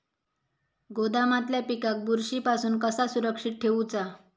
गोदामातल्या पिकाक बुरशी पासून कसा सुरक्षित ठेऊचा?